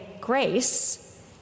grace